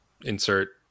insert